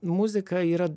muzika yra